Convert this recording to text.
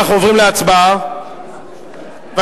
אנחנו עוברים להצבעה על